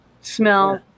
smell